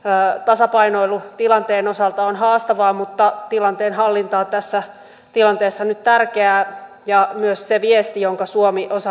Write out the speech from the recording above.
tasapainoilu tilanteen osalta on haastavaa mutta tilanteen hallinta on tässä tilanteessa nyt tärkeää ja myös se viesti jonka suomi osana eurooppaa antaa